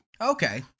Okay